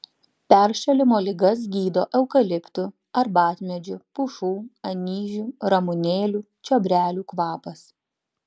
peršalimo ligas gydo eukaliptų arbatmedžių pušų anyžių ramunėlių čiobrelių kvapas